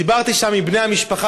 דיברתי שם עם בני המשפחה,